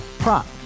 Prop